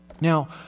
Now